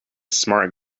smart